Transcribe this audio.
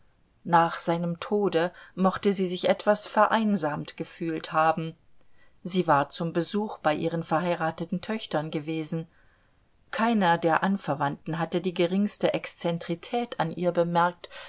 nach seinem tode mochte sie sich etwas vereinsamt gefühlt haben sie war zum besuch bei ihren verheirateten töchtern gewesen keiner der anverwandten hatte die geringste exzentrizität an ihr bemerkt